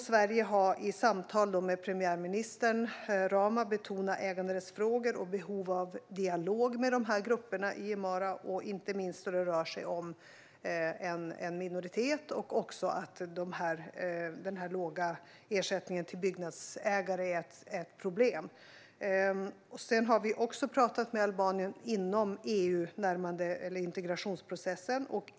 Sverige har i samtal med premiärminister Rama betonat äganderättsfrågor och behov av dialog med grupperna i Himarë. Det gäller inte minst då det rör sig om en minoritet och att den låga ersättningen till byggnadsägare är ett problem. Vi har också talat med Albanien inom integrationsprocessen med EU.